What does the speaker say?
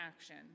Action